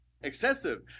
excessive